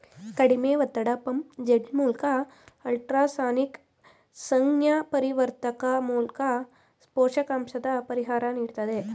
ಕಡಿಮೆ ಒತ್ತಡ ಪಂಪ್ ಜೆಟ್ಮೂಲ್ಕ ಅಲ್ಟ್ರಾಸಾನಿಕ್ ಸಂಜ್ಞಾಪರಿವರ್ತಕ ಮೂಲ್ಕ ಪೋಷಕಾಂಶದ ಪರಿಹಾರ ನೀಡ್ತದೆ